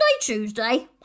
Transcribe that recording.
Tuesday